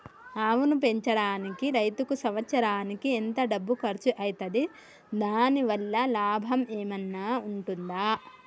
ఆవును పెంచడానికి రైతుకు సంవత్సరానికి ఎంత డబ్బు ఖర్చు అయితది? దాని వల్ల లాభం ఏమన్నా ఉంటుందా?